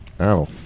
ow